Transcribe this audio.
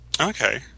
Okay